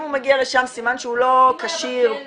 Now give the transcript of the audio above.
הוא מגיע לשם סימן שהוא לא כשיר -- אם הוא היה בכלא.